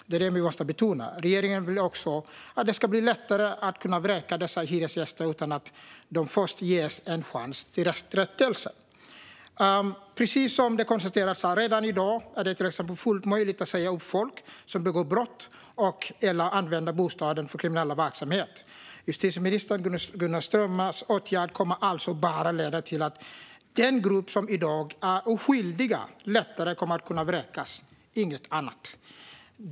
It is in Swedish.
Det är det vi måste betona. Regeringen vill också att det ska bli lättare att kunna vräka dessa hyresgäster utan att de först ges en chans till rättelse. Precis som konstaterats är det redan i dag fullt möjligt att säga upp folk som begår brott och/eller använder bostaden för kriminell verksamhet. Justitieminister Gunnar Strömmers åtgärd kommer alltså bara att leda till att grupper som i dag är oskyldiga lättare kommer att kunna vräkas, inget annat.